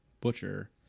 Butcher